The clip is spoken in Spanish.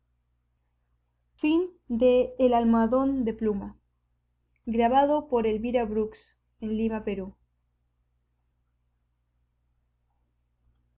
el almohadón de pluma